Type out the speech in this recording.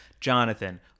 Jonathan